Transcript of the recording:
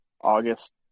August